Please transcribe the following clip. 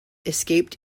escaped